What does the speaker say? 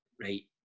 right